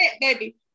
baby